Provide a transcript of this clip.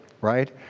right